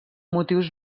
motius